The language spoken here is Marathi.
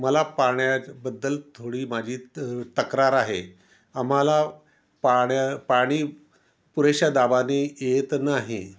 मला पाण्याबद्दल थोडी माझी त तक्रार आहे आम्हाला पाण्या पाणी पुरेशा दाबाने येत नाही